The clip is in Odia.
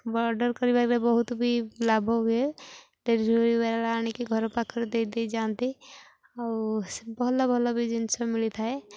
ଅର୍ଡ଼ର୍ କରିବାରେ ବହୁତ ବି ଲାଭ ହୁଏ ଡ଼େଲିଭରି ବଲା ଆଣିକି ଘର ପାଖରେ ଦେଇ ଦେଇ ଯାଆନ୍ତି ଆଉ ସେ ଭଲ ଭଲ ବି ଜିନିଷ ମିଳିଥାଏ